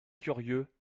curieux